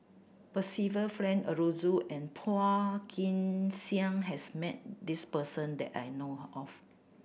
Percival Frank Aroozoo and Phua Kin Siang has met this person that I know of